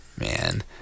Man